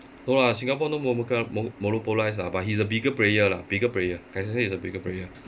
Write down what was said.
no lah singapore no mono~ mo~ monopolised lah but he's a bigger player lah bigger player I can say he's a bigger player